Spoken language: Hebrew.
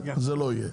זה לא יהיה.